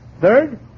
Third